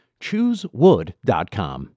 Choosewood.com